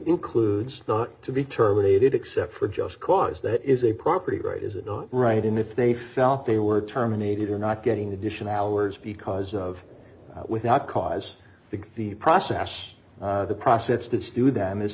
includes not to be terminated except for just cause that is a property right is it not right and if they felt they were terminated or not getting additional words because of without cause the process the process do